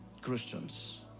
Christians